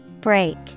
Break